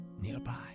nearby